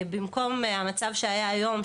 במקום המצב שהיה עד היום,